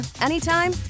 anytime